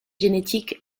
génétique